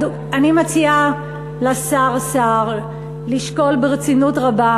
אני מציעה לשר סער לשקול ברצינות רבה